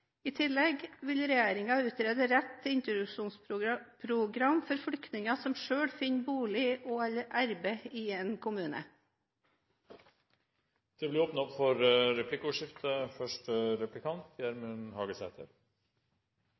I tillegg vil regjeringen utrede retten til introduksjonsprogram for flyktninger som selv finner bolig og/eller arbeid i en kommune. Det blir replikkordskifte.